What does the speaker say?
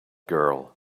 girl